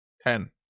Ten